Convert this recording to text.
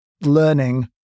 learning